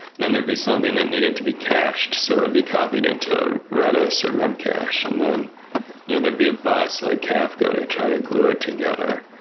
then there'd be something that needed to be cached. so it'd and be copied into redis or memcache, and then you know there'd be a bus, like kafka to try to glue it together,